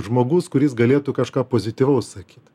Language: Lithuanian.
žmogus kuris galėtų kažką pozityvaus sakyt